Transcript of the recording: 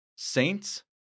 Saints